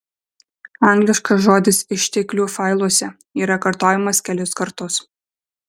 angliškas žodis išteklių failuose yra kartojamas kelis kartus